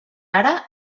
ara